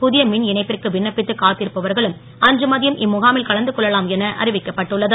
புதிய மின் இணைப்பிற்கு விண்ணப்பித்து காத்திருப்பவர்களும் அன்று மதியம் இம்முகாமில் கலந்து கொள்ளலாம் என அறிவிக்கப்பட்டுள்ள து